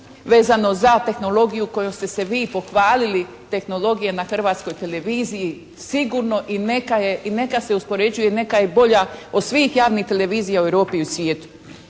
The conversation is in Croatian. vezano za tehnologiju kojom ste se vi pohvalili. Tehnologija na Hrvatskoj televiziji sigurno i neka je i neka se uspoređuje, neka je bolja od svih javnih televizija u Europi i u svijetu.